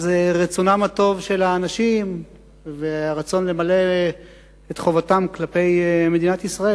אז רצונם הטוב של האנשים והרצון למלא את חובתם כלפי מדינת ישראל,